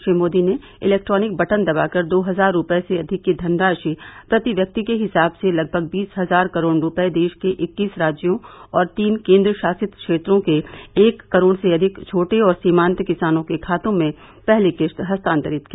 श्री मोदी ने electronic button दबाकर दो हज़ार रूपये से अधिक की धनराशि प्रति व्यक्ति के हिसाब से लगभग बीस हज़ार करोड़ रूपये देश के इक्कीस राज्यों और तीन केन्द्रशासित क्षेत्रों के एक करोड़ से अधिक छोटे और सीमान्त किसानों के खातों में पहली किस्त हस्तानान्तरित की